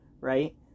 right